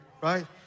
right